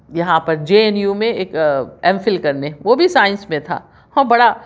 یہاں پر J N U میں ایک ایم فل کرنے وہ بھی سائنس میں تھا اور بڑا